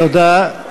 תודה.